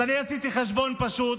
אז אני עשיתי חשבון פשוט,